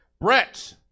Brett